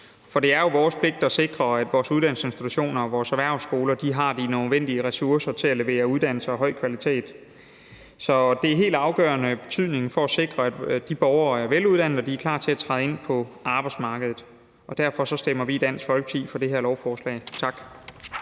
For det er jo vores pligt at sikre, at vores uddannelsesinstitutioner og vores erhvervsskoler har de nødvendige ressourcer til at levere uddannelser af høj kvalitet. Så det er af helt afgørende betydning for at sikre, at de borgere er veluddannede, og at de er klar til at træde ind på arbejdsmarkedet, og derfor stemmer vi i Dansk Folkeparti for det her lovforslag. Tak.